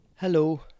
Hello